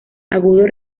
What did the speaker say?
agudo